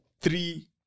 three